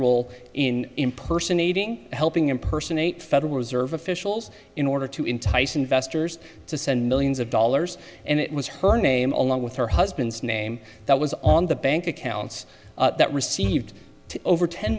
role in impersonating helping impersonate federal reserve officials in order to entice investors to send millions of dollars and it was her name along with her husband's name that was on the bank accounts that received over ten